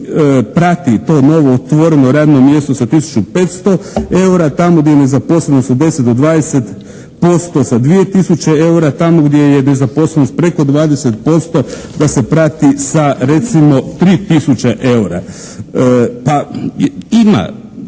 prati to novootvoreno radno mjesto sa tisuću 500 eura, tamo gdje je nezaposlenost od 10 do 20% sa 2 tisuće eura, tamo gdje je nezaposlenost preko 20% da se prati sa recimo 3 tisuće eura. Pa ima,